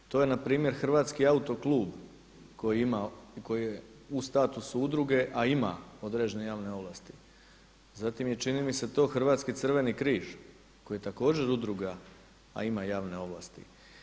To je npr. Hrvatski autoklub koji ima, koji je u statusu udruge, a ima određene javne ovlasti, zatim je čini mi se to Hrvatski crveni križ koji je također udruga, a ima javne ovlasti.